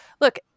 look